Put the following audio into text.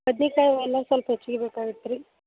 ಬದ್ನೆಕಾಯಿ ಎಲ್ಲ ಸ್ವಲ್ಪ ಹೆಚ್ಗಿ ಬೇಕಾಗಿತ್ತು ರೀ